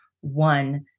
one